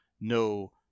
No